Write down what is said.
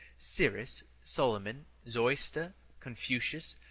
cyrus, solomon, zoroaster, confucious,